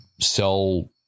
Sell